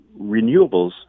Renewables